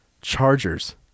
chargers